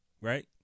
Right